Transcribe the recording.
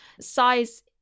size